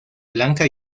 blanca